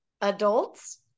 adults